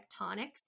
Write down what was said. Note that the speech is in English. tectonics